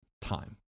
time